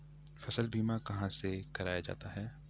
फसल बीमा कहाँ से कराया जाता है?